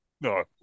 No